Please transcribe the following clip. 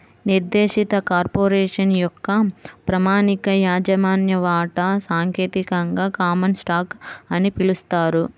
నిర్దేశిత కార్పొరేషన్ యొక్క ప్రామాణిక యాజమాన్య వాటా సాంకేతికంగా కామన్ స్టాక్ అని పిలుస్తారు